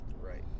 right